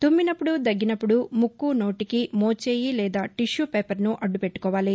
తుమ్మినప్పుడు దగ్గినప్పుడు ముక్కు నోటికి మోచేయి లేదా టిష్యూ పేపరు అడ్లుపెట్లుకోవాలి